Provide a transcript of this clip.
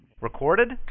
Recorded